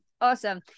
Awesome